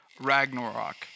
Ragnarok